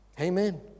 Amen